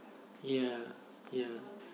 yeah yeah